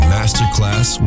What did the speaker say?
Masterclass